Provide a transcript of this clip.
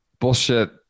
bullshit